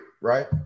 right